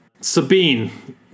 Sabine